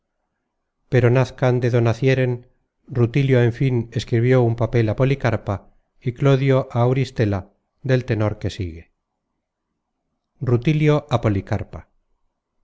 pero nazcan de do nacieren rutilio en fin escribió un papel á policarpa y clodio á auristela del tenor que se sigue content from google book search generated at rutilio a policarpa